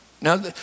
Now